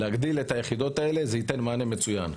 הגדלת היחידות האלה תיתן מענה מצוין.